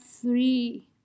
three